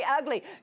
ugly